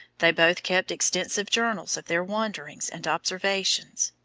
they both kept extensive journals of their wanderings and observations.